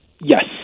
Yes